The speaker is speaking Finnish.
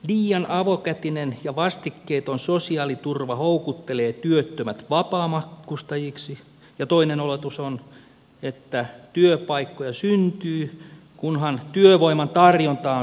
liian avokätinen ja vastikkeeton sosiaaliturva houkuttelee työttömät vapaamatkustajiksi ja toinen oletus on että työpaikkoja syntyy kunhan työvoiman tarjontaa on riittävästi